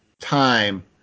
time